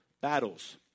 battles